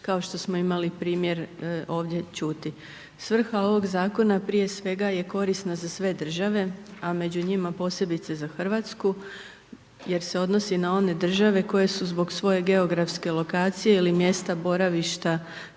kao što smo imali primjer ovdje čuti. Svrha ovog Zakona prije svega je korisna za sve države, a među njima posebice za Hrvatsku, jer se odnosi na one države koje su zbog svoje geografske lokacije ili mjesta boravišta